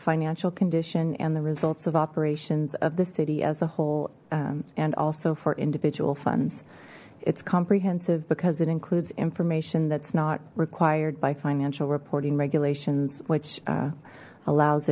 financial condition and the results of operations of the city as a whole and also for individual funds it's comprehensive because it includes information that's not required by financial reporting regulations which allows